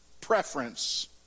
preference